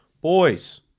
Boys